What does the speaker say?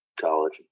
college